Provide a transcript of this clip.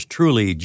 Truly